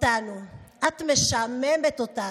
את משעממת אותנו.